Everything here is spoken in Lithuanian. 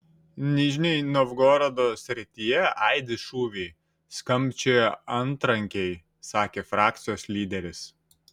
nižnij novgorodo srityje aidi šūviai skambčioja antrankiai sakė frakcijos lyderis